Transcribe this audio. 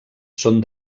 són